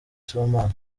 sibomana